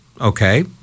okay